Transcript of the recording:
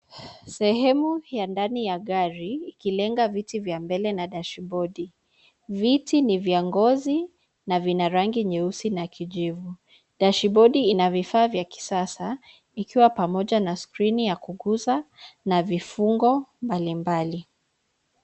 Sehemu ya ndani ya gari ikilenga viti vya mbele na dashibodi. Viti ni vya ngozi na vina rangi nyeusi na kijivu. Dashibodi ina vifaa vya kisasa ikiwa pamoja na skrini ya kuguza na vifungo mbalimbali.